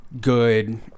good